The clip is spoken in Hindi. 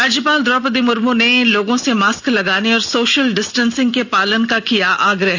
राज्यपाल द्रौपदी मुर्मू ने लोगों से मास्क लगाने और सोशल डिस्टेंसिग के पालन का किया आग्रह